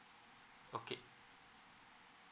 okay